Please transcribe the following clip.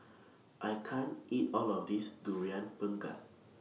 I can't eat All of This Durian Pengat